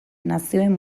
nazioen